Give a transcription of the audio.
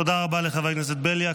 תודה רבה לחבר הכנסת בליאק.